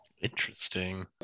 interesting